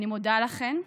אני מודה לכן.